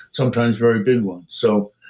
sometimes very big ones. so